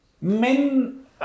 men